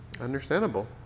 Understandable